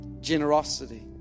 Generosity